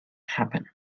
happen